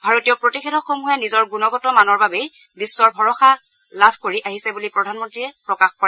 ভাৰতীয় প্ৰতিষেধকসমূহে নিজৰ গুণগত মানৰ বাবেই বিশ্বৰ ভৰসা লাভ কৰি আহিছে বুলি প্ৰধানমন্তীয়ে প্ৰকাশ কৰে